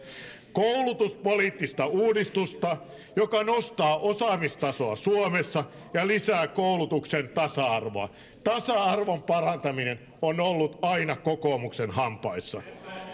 koulutuspoliittista uudistusta joka nostaa osaamistasoa suomessa ja lisää koulutuksen tasa arvoa tasa arvon parantaminen on ollut aina kokoomuksen hampaissa